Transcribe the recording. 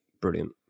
brilliant